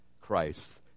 Christ